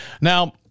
Now